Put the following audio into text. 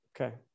Okay